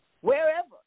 wherever